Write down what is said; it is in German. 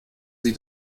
sie